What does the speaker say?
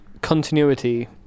continuity